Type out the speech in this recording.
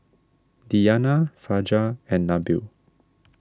Diyana Fajar and Nabil